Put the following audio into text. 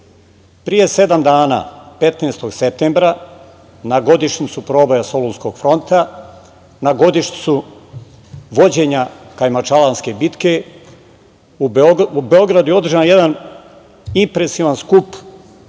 sedam dana, 15. septembra, na godišnjicu proboja Solunskog fronta, na godišnjicu vođenja Kajmakčalanske bitke, u Beogradu je održan jedan impresivan skup